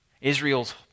Israel's